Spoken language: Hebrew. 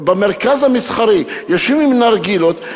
במרכז המסחרי יושבים עם נרגילות.